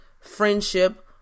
friendship